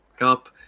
up